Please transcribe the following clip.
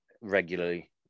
regularly